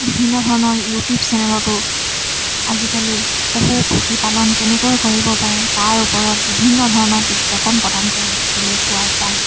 বিভিন্ন ধৰণৰ ইউটিউব চেনেলতো আজিকালি পশু পক্ষী পালন কেনেকৈ কৰিব পাৰে তাৰ ওপৰত বিভিন্ন ধৰণৰ বিজ্ঞাপন প্ৰদান কৰা দেখিবলৈ পোৱা যায়